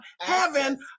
heaven